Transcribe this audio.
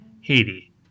Haiti